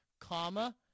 comma